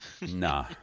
Nah